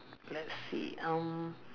let's see um